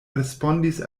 respondis